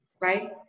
right